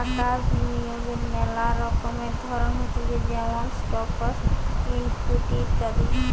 টাকা বিনিয়োগের মেলা রকমের ধরণ হতিছে যেমন স্টকস, ইকুইটি ইত্যাদি